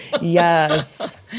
Yes